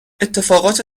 اتفاقات